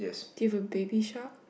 do you have a baby shark